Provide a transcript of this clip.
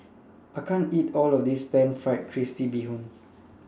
I can't eat All of This Pan Fried Crispy Bee Hoon